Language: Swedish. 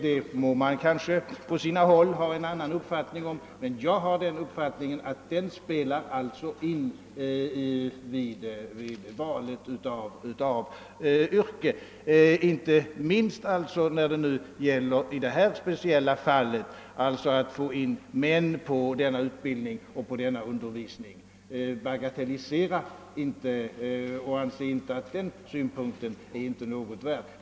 Detta må man på sina håll ha en annan uppfattning om, men jag är av den meningen att den spelar in vid valet av yrke; inte minst viktig är denna synpunkt när det gäller att få in män på denna utbildning. Man bör inte bagatellisera synpunkten och anse att den inte är någonting värd.